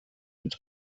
mit